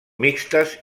mixtes